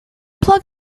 plug